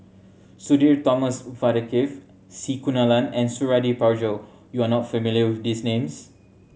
Sudhir Thomas Vadaketh C Kunalan and Suradi Parjo you are not familiar with these names